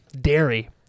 Dairy